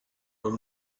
old